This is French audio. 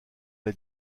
l’a